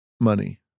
money